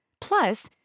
plus